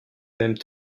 même